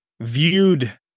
viewed